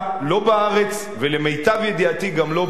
לא בארץ ולמיטב ידיעתי גם לא בעולם,